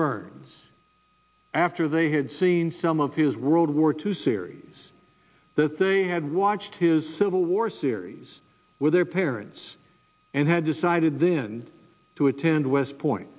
burns after they had seen some of his world war two series that they had watched his civil war series with their parents and had decided then to attend west point